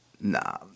Nah